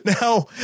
Now